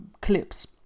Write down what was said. clips